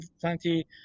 plenty